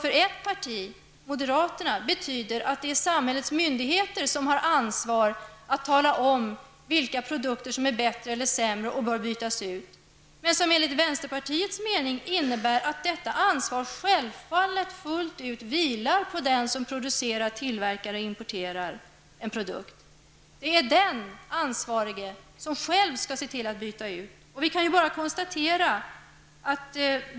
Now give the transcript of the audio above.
För ett parti, moderaterna, innebär det här begreppet att det är samhällets myndigheter som har ansvaret för informationen om vilka produkter som är bättre eller sämre och om vilka som bör bytas ut. Men enligt oss i vänsterpartiet innebär detta begrepp självfallet att ansvaret fullt ut vilar på den som producerar eller importerar en produkt. Det är denne ansvarige som själv skall se till att en produkt byts ut.